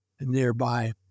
nearby